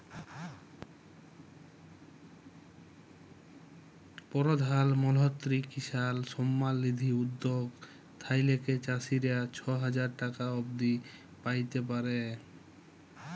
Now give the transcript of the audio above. পরধাল মলত্রি কিসাল সম্মাল লিধি উদ্যগ থ্যাইকে চাষীরা ছ হাজার টাকা অব্দি প্যাইতে পারে